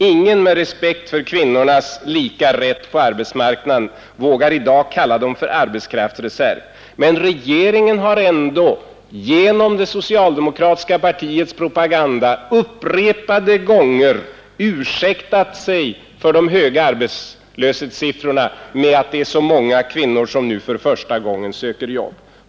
Ingen med respekt för kvinnornas lika rätt på arbetsmarknaden vågar i dag kalla dem för arbetskraftsreserv, men regeringen har ändå genom det socialdemokratiska partiets propaganda upprepade gånger ursäktat sig för de höga arbetslöshetssiffrorna med att det är så många kvinnor som nu för första gången sökt arbete.